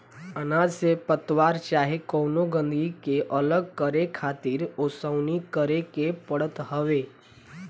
अनाज से पतवार चाहे कवनो गंदगी के अलग करके खातिर ओसवनी करे के पड़त हवे